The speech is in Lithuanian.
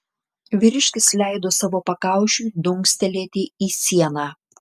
vyriškis leido savo pakaušiui dunkstelėti į sieną